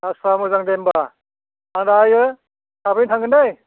आथसा मोजां दे होमबा आं दायो थाबैनो थांगोन दे